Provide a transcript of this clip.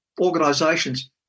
organisations